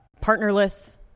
partnerless